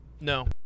No